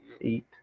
Eat